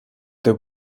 the